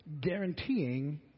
guaranteeing